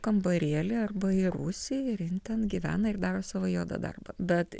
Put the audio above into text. kambarėlį arba į rūsį ir jin ten gyvena ir daro savo juodą darbą bet